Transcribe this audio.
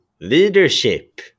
leadership